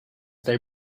they